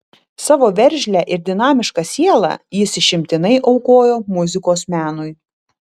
savo veržlią ir dinamišką sielą jis išimtinai aukojo muzikos menui